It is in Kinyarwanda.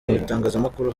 itangazamakuru